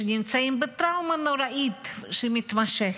נמצאות בטראומה נוראית מתמשכת.